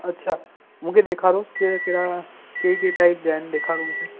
अच्छा मूंखे ॾेखारियो कहिड़ा कहिड़ा कहिड़े कहिड़े टाइप जा आहिनि ॾेखारियो मूंखे